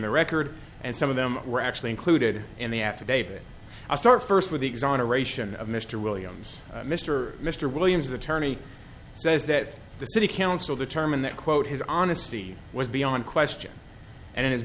the record and some of them were actually included in the affidavit i start first with the exoneration of mr williams mr mr williams attorney says that the city council determined that quote his honesty was beyond question and in his